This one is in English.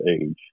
age